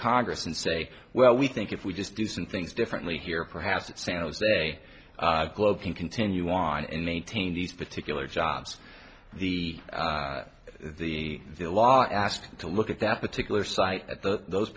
congress and say well we think if we just do some things differently here perhaps that san jose globe can continue on and maintain these particular jobs the the the a lot asked to look at that particular site